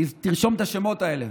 תרשום את השמות האלה: